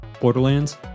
Borderlands